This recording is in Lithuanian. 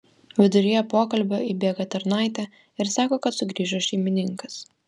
viduryje pokalbio įbėga tarnaitė ir sako kad sugrįžo šeimininkas